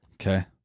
Okay